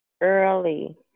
early